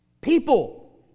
people